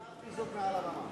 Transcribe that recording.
אמרתי זאת מעל הבמה.